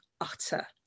utter